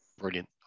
brilliant